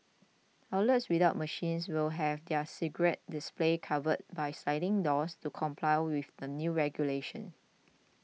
outlets without machines will have their cigarette displays covered by sliding doors to comply with the new regulations